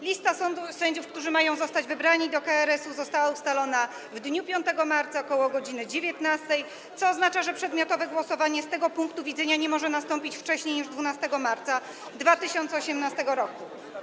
Lista sędziów, którzy mają zostać wybrani do KRS-u, została ustalona w dniu 5 marca ok. godz. 19, co oznacza, że przedmiotowe głosowanie z tego punktu widzenia nie może nastąpić wcześniej niż 12 marca 2018 r.